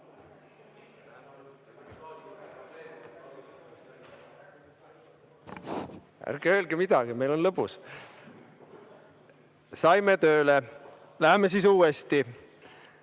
Ärge öelge midagi, meil on lõbus. Saime tööle! Läheme siis